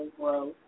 growth